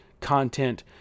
content